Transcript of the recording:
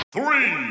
Three